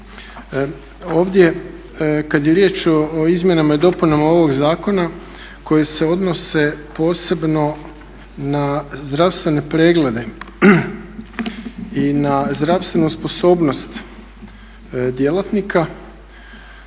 Ovdje kad je riječ o izmjenama i dopunama ovog zakona koji se odnose posebno na zdravstvene preglede i na zdravstvenu sposobnost djelatnika